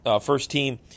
first-team